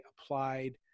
applied